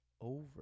over